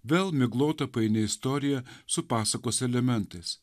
vėl miglota paini istorija su pasakos elementais